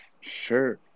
Sure